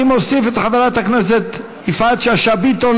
אני מוסיף את חברת הכנסת יפעת שאשא ביטון,